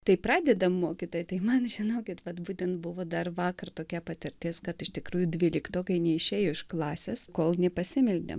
tai pradėdama kitai tai man žinokit vaidinti buvo dar vakar tokia patirtis kad iš tikrųjų dvyliktokai neišėjo iš klasės kol nei pasimeldėme